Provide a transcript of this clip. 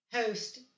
host